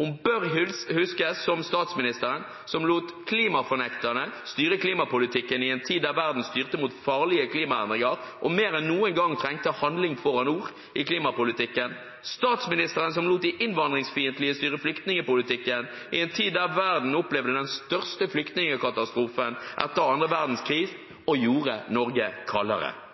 Hun bør huskes som statsministeren som lot klimafornekterne styre klimapolitikken i en tid da verden styrte mot farlige klimaendringer og mer enn noen gang trengte handling foran ord i klimapolitikken, statsministeren som lot de innvandringsfiendtlige styre flyktningpolitikken i en tid da verden opplevde den største flyktningkatastrofen etter andre verdenskrig og gjorde Norge kaldere –